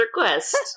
request